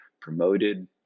promoted